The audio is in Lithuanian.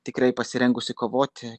tikrai pasirengusi kovoti